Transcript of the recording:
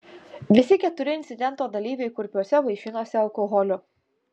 visi keturi incidento dalyviai kurpiuose vaišinosi alkoholiu